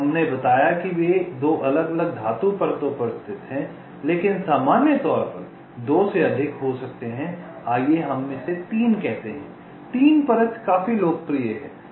हमने बताया कि वे 2 अलग अलग धातु परतों पर स्थित हैं लेकिन सामान्य तौर पर 2 से अधिक हो सकते हैं आइए हम 3 कहते हैं 3 परत काफी लोकप्रिय है